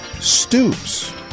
stoops